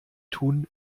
tun